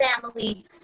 family